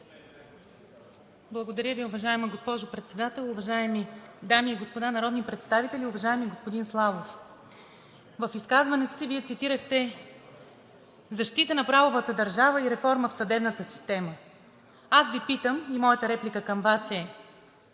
Благодаря Ви, уважаема госпожо Председател. Уважаеми дами и господа народни представители! Уважаеми господин Славов, в изказването си Вие цитирахте: „Защита на правовата държава и реформа в съдебната система.“ Аз Ви питам и моята реплика към Вас е: